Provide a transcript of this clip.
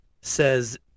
says